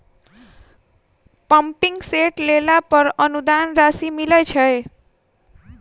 Pumping set लेला पर अनुदान राशि मिलय छैय?